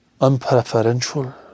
unpreferential